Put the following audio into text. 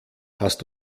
hast